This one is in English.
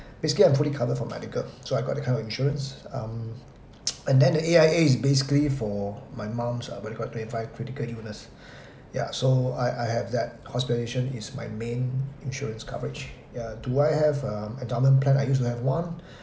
basically I'm fully covered for medical so I got this kind of insurance err and then the A_I_A is basically for mum's uh what you call twenty five critical illness ya so I I have that hospitalisation is my main insurance coverage yeah do I have a endowment plan I used to have one